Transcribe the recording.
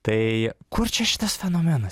tai kur čia šitas fenomenas